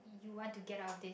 you want to get out this